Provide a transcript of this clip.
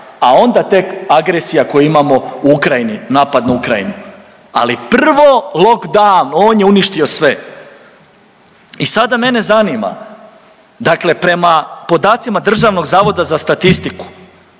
a onda tek agresija koju imamo u Ukrajini, napad na Ukrajinu, ali prvo lockdown on je uništio sve. I sada mene zanima, dakle prema podacima Državnog zavoda za statistiku,